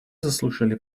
заслушали